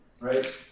right